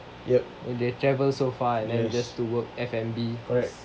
yup and they travel so far and then you just to work F&B